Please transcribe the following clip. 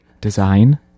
Design